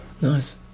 Nice